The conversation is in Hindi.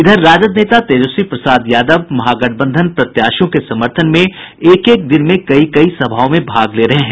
इधर राजद नेता तेजस्वी प्रसाद यादव महागठबंधन प्रत्याशियों के समर्थन में एक एक दिन में कई कई सभाओं में भाग ले रहे हैं